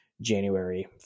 January